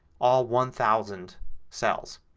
all one thousand cells.